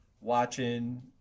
watching